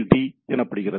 D எனப்படுகிறது